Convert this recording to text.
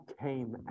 came